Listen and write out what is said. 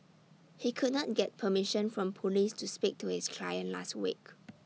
he could not get permission from Police to speak to his client last week